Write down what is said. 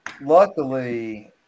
luckily